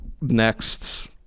next